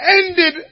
ended